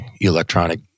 electronic